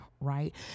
right